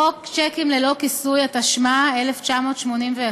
חוק שיקים ללא כיסוי, התשמ"א 1981,